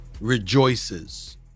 rejoices